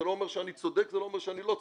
זה לא אומר שאני צודק וזה לא אומר שאני לא צודק.